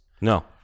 No